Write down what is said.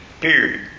period